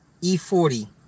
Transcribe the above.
E40